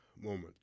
moment